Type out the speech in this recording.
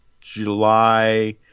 July